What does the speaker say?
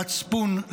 מצפון,